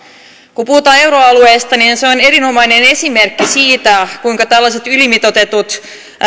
kun puhutaan euroalueesta niin se on erinomainen esimerkki siitä kuinka tällaiset ylimitoitetut